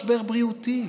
משבר בריאותי,